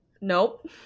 Nope